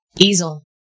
Easel